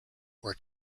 were